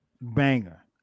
Banger